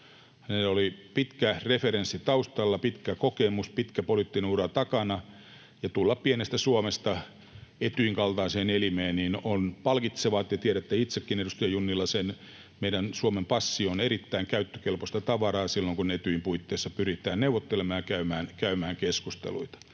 Hänellä oli pitkä referenssi taustalla, pitkä kokemus, pitkä poliittinen ura takana, ja tuleminen pienestä Suomesta Etyjin kaltaiseen elimeen on palkitsevaa. Te tiedätte itsekin, edustaja Junnila, sen. Meidän Suomen passi on erittäin käyttökelpoista tavaraa silloin, kun Etyjin puitteissa pyritään neuvottelemaan ja käymään keskusteluita.